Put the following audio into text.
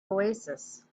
oasis